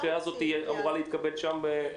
הקריאה הזאת אמורה להתקבל שם?